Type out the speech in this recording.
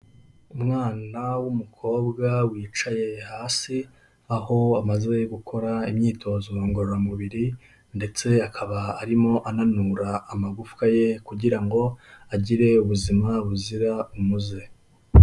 Umwana w'umukobwa wicaye hasi, aho amaze gukora imyitozo ngororamubiri ndetse akaba arimo ananura amagufwa ye kugira ngo agire ubuzima buzira umuze.